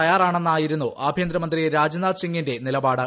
തയ്യാറാണെന്നായിരുന്നു ആഭ്യന്തരമന്തി രാജ്നാഥ് സിംഗിന്റെ നിലപാട്